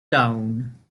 down